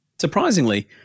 Surprisingly